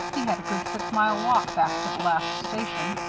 he had a good six-mile walk back to the last station.